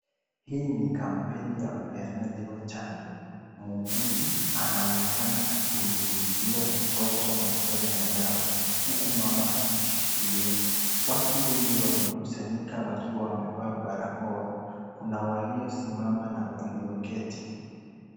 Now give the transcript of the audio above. Hii ni kampeni ya upeanaji wa chanjo, muuguzi anaonekana akimnyunyizia mtoto matone ya dawa huku mama akimshikilia. Watu wengi wamekusanyika wakiwa wamevaa barakoa. Kuna waliosimama na walio keti.